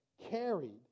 carried